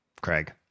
Craig